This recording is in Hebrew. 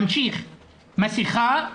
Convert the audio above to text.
מסכה,